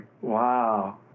Wow